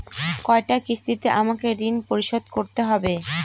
কয়টা কিস্তিতে আমাকে ঋণ পরিশোধ করতে হবে?